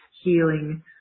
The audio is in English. healing